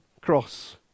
cross